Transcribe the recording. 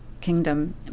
kingdom